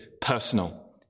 personal